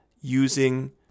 using